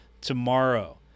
tomorrow